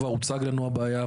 כבר הוצגה לנו הבעיה,